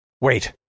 Wait